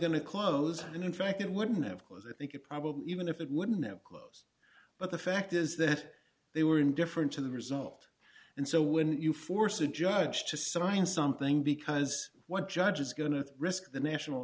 to close and in fact it wouldn't have cause i think it probably even if it wouldn't have close but the fact is that they were indifferent to the result and so when you force a judge to sign something because what judge is going to risk the national